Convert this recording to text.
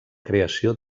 creació